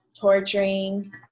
torturing